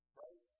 right